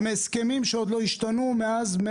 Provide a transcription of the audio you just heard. מהסכמים שלא השתנו מאז.